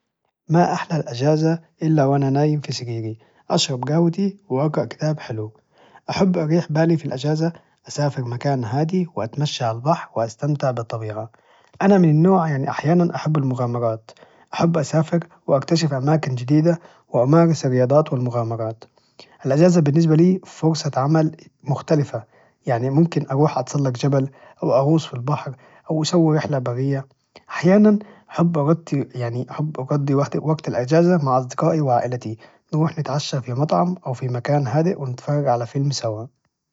ما أحلى الأجازة إلا وأنا نايم في سريري اشرب جهوتي واقرأ كتاب حلو احب أريح بالي في الأجازة أسافر مكان هادي واتمشى عالبحر واستمتع بالطبيعة انا من النوع يعني أحيانا أحب المغامرات أحب أسافر واكتشف أماكن جديدة وامارس الرياضيات والمغامرات الأجازة بالنسبة لي فرصة عمل مختلفة يعني ممكن اروح اتسلق جبل أو اغوص في البحر أو اسوي رحلة برية أحيانا أحب اجضي يعني أحب اجضي وحد وقت الأجازة مع أصدقائي وعائلتي نروح نتعشى في مطعم أو في مكان هاديء ونتفرج على فيلم سوى